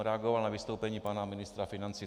Reagoval jsem na vystoupení pana ministra financí.